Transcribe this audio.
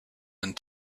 and